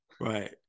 right